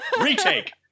retake